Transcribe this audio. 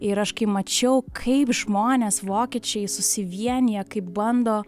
ir aš kai mačiau kaip žmonės vokiečiai susivienija kaip bando